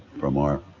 from our